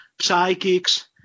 psychics